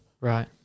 Right